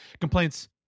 complaints